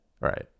Right